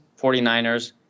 49ers